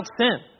sin